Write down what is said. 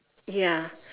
ya